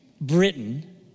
Britain